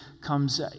comes